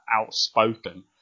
outspoken